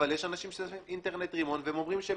אבל יש אנשים שיש להם אינטרנט רימון והם אומרים שהם